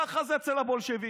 ככה זה אצל הבולשביקים.